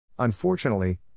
Unfortunately